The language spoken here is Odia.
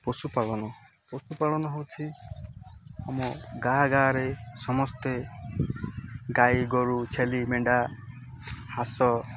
ପଶୁପାଳନ ପଶୁପାଳନ ହେଉଛି ଆମ ଗାଁ ଗାଁରେ ସମସ୍ତେ ଗାଈ ଗୋରୁ ଛେଳି ମେଣ୍ଢା ହଂସ